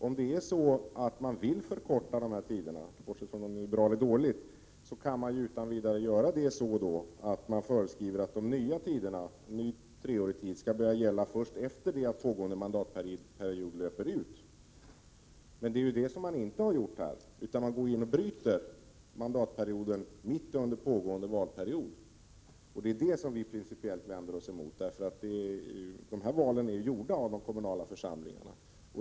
Om man vill förkorta tiderna — bortsett från om det är bra eller dåligt — så kan man utan vidare göra det på det sättet att man föreskriver att en ny treårig tid skall börja gälla först efter det att den pågående mandatperioden löper ut. Men så har man inte gjort i regeringsförslaget, utan man går in och bryter mandatperioden mitt under pågående valperiod. Det är det som vi principiellt vänder oss emot, eftersom dessa val är gjorda av de kommunala församlingarna.